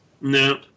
No